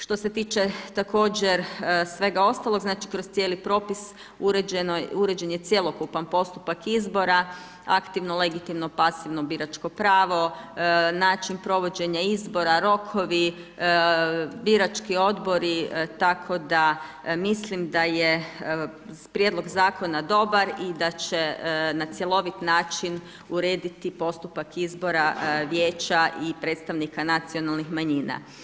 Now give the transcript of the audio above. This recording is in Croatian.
Što se tiče također svega ostalog, znači kroz cijeli propis, uređen je cjelokupan postupak izbora, aktivno legitimno, pasivno biračko pravo, način provođenje izbora, rokovi, birački odbori, tako da mislim da je prijedlog zakona dobar i da će na cjelovit način urediti postupak izbora vijeća i predstavnika nacionalnih manjina.